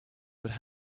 would